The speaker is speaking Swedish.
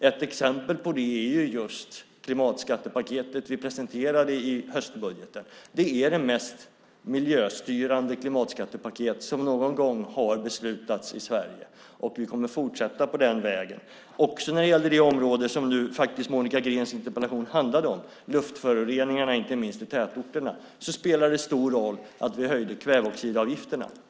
Ett exempel på det är just klimatskattepaketet som vi presenterade i höstbudgeten. Det är det mest miljöstyrande klimatskattepaket som någon gång har beslutats i Sverige, och vi kommer att fortsätta på den vägen. Också när det gäller det område som Monica Greens interpellation handlade om, luftföroreningarna inte minst i tätorterna, spelar det stor roll att vi höjde kväveoxidavgifterna.